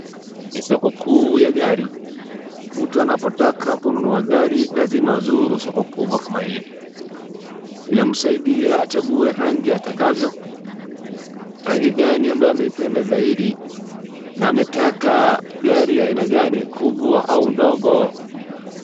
Ni soko kuu ya gari. Mtu anapotaka kununua gari lazima azuru soko kubwa kama hili. Inamsaidia achangue rangi atakavyo, rangi gani ambayo ameipenda zaidi na ametaka gari aina gani kubwa au ndogo.